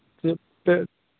ᱪᱮᱫ ᱛᱮ